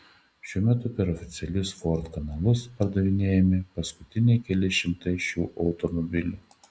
šiuo metu per oficialius ford kanalus pardavinėjami paskutiniai keli šimtai šių automobilių